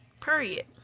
Period